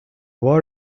war